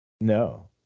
No